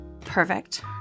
perfect